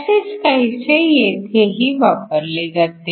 असेच काहीसे येथेही वापरले जाते